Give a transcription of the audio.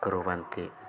कुर्वन्ति